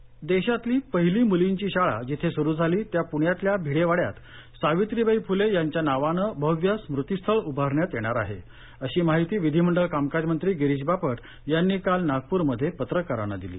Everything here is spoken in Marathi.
बापट देशांतली पहिली मुलींची शाळा जिथे सुरु झाली त्या पुण्यातल्या भिडे वाड्यात सावित्रीबाई फुले यांच्या नावानं भव्य स्मृतीस्थळ उभारण्यात येणार आहे अशी माहिती विधिमंडळ कामकाज मंत्री गिरीश बापट यांनी काल नागपूरमध्ये पत्रकारांना दिली